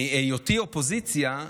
מהיותי אופוזיציה,